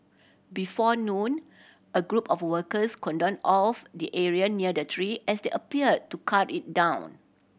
before noon a group of workers cordoned off the area near the tree as they appear to cut it down